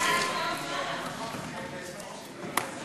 סעיף 1